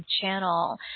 channel